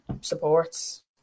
supports